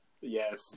Yes